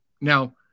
Now